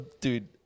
Dude